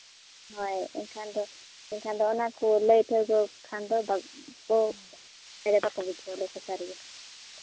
ᱦᱳᱭ ᱮᱱᱠᱷᱟᱱ ᱫᱚ ᱮᱱᱠᱷᱟᱱ ᱫᱚ ᱚᱱᱟ ᱠᱚ ᱞᱟᱹᱭ ᱛᱮᱫᱚ ᱠᱷᱟᱱ ᱫᱚ ᱠᱚ